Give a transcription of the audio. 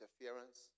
interference